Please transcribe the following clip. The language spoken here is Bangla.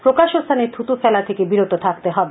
প্রকাশ্য স্থানে খুতু ফেলা থেকে বিরত থাকতে হবে